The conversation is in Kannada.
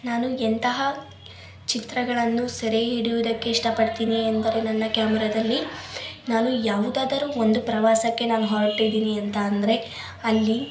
ನಾನು ಎಂತಹ ಚಿತ್ರಗಳನ್ನು ಸೆರೆ ಹಿಡಿಯುವುದಕ್ಕೆ ಇಷ್ಟಪಡ್ತೀನಿ ಎಂದರೆ ನನ್ನ ಕ್ಯಾಮ್ರದಲ್ಲಿ ನಾನು ಯಾವುದಾದರೂ ಒಂದು ಪ್ರವಾಸಕ್ಕೆ ನಾನು ಹೊರ್ಟಿದ್ದೀನಿ ಅಂತ ಅಂದರೆ ಅಲ್ಲಿ